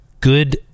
good